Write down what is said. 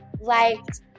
liked